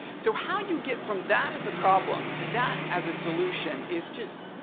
so how you get from that as the problem to that as a solution is just